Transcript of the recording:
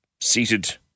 seated